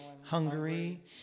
Hungary